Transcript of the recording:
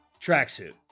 tracksuit